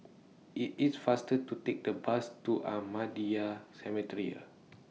IT IS faster to Take The Bus to Ahmadiyya Cemetery